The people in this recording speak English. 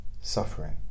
suffering